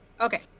Okay